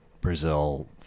Brazil